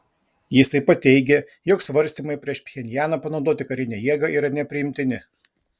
jis taip pat teigė jog svarstymai prieš pchenjaną panaudoti karinę jėgą yra nepriimtini